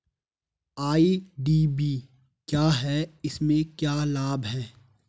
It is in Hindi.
आई.डी.वी क्या है इसमें क्या लाभ है?